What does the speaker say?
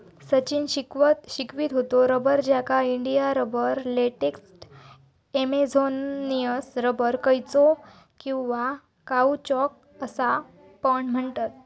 सचिन शिकवीत होतो रबर, ज्याका India rubber, latex, Amazonian rubber, कौचो किंवा काउचॉक असा पण म्हणतत